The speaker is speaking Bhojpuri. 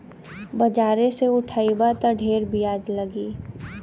बाजारे से उठइबा त ढेर बियाज लगी